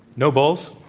no bulls?